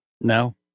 no